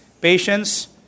patience